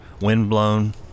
windblown